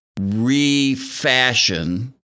refashion